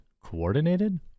coordinated